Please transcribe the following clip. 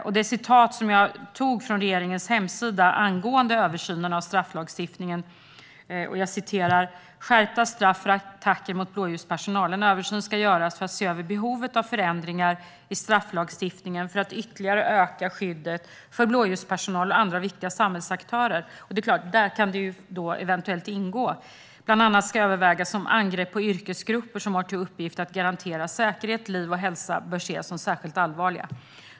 Jag tog ett citat från regeringens hemsida angående översynen av strafflagstiftningen: "Skärpta straff för attacker mot blåljuspersonal: En översyn ska göras för att se över behovet av förändringar i strafflagstiftningen för att ytterligare öka skyddet för blåljuspersonal och andra viktiga samhällsaktörer." Där kan det eventuellt ingå. "Bland annat ska övervägas om angrepp på yrkesgrupper som har till uppgift att garantera säkerhet, liv och hälsa bör ses som särskilt allvarliga."